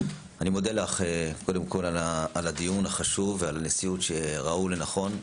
אני מודה לך קודם כל על הדיון החשוב ועל הנשיאות שראו לנכון.